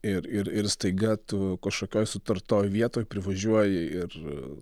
ir ir ir staiga tu kažkokioj sutartoj vietoj privažiuoji ir